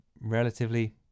relatively